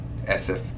SF